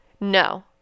No